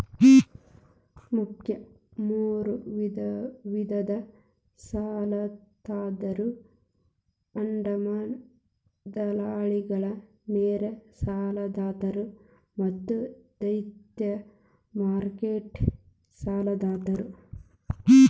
ಮುಖ್ಯ ಮೂರು ವಿಧದ ಸಾಲದಾತರು ಅಡಮಾನ ದಲ್ಲಾಳಿಗಳು, ನೇರ ಸಾಲದಾತರು ಮತ್ತು ದ್ವಿತೇಯ ಮಾರುಕಟ್ಟೆ ಸಾಲದಾತರು